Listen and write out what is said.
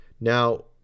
Now